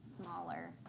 smaller